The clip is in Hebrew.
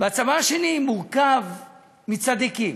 והצבא השני מורכב מצדיקים,